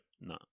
No